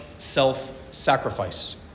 self-sacrifice